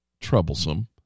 troublesome